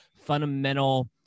fundamental